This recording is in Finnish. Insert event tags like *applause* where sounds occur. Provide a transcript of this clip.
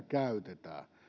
*unintelligible* käytetään